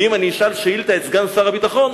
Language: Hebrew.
ואם אשאל שאילתא את סגן שר הביטחון,